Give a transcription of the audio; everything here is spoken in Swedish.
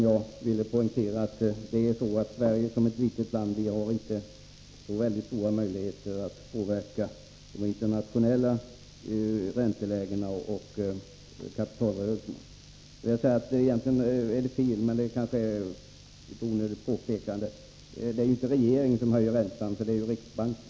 Jag ville poängtera, att Sverige som ett litet land inte har särskilt stor möjlighet att påverka det internationella ränteläget och de internationella kapitalrörelserna. Jag vill också säga — men det kanske är ett onödigt påpekande — att det inte är regeringen som höjer räntan. Det är riksbanken.